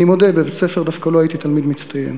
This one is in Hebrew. אני מודה, בבית-ספר דווקא לא הייתי תלמיד מצטיין,